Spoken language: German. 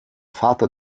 vater